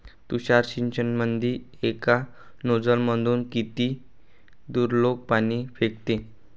तुषार सिंचनमंदी एका नोजल मधून किती दुरलोक पाणी फेकते?